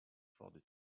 ford